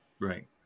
Right